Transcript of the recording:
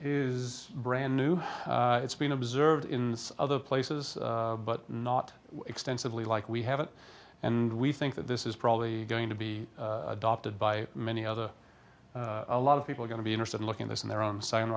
is brand new it's been observed in other places but not extensively like we have it and we think that this is probably going to be adopted by many other a lot of people are going to be interested in looking this in their own sign